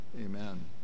Amen